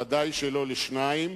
ודאי שלא לשניים,